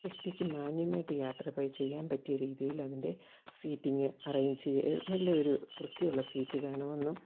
വ്യക്തിക്ക് മാന്യമായിട്ട് യാത്ര പോയി ചെയ്യാൻ പറ്റിയ രീതിയിൽ അതിൻ്റെ സീറ്റിങ്ങ് അറേഞ്ച് ചെയ്ത് നല്ലൊരു വൃത്തിയുള്ള സീറ്റ് വേണമെന്നും